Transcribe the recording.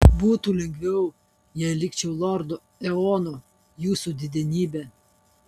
būtų lengviau jei likčiau lordu eonu jūsų didenybe